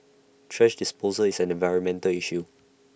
thrash disposal is an environmental issue